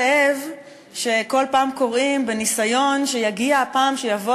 זאב" שכל פעם קוראים בניסיון שתגיע הפעם שיבוא